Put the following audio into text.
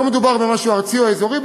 לא מדובר במשהו ארצי או אזורי.